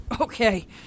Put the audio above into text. Okay